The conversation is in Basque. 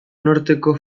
norteko